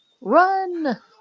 Run